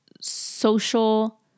social